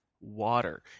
water